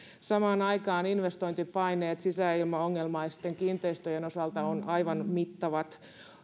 samaan aikaan investointipaineet sisäilmaongelmaisten kiinteistöjen osalta ovat aivan mittavat